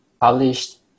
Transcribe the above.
published